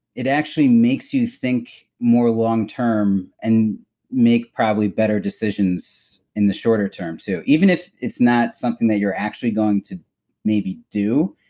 it actually makes you think more long-term and make probably better decisions in the shorter term, too. even if it's not actually something that you're actually going to maybe do,